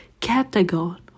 Catagon